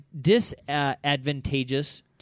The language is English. disadvantageous